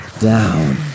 down